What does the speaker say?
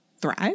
thrive